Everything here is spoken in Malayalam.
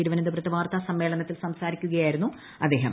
തിരുവനന്തപുരത്ത് വാർത്താസമ്മേളനത്തിൽ സംസാരിക്കുകയായിരുന്നു അദ്ദേഹം